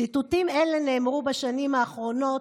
ציטוטים אלה נאמרו בשנים האחרונות,